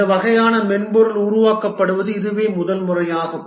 இந்த வகையான மென்பொருள் உருவாக்கப்படுவது இதுவே முதல் முறையாகும்